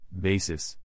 Basis